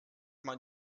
man